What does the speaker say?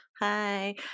Hi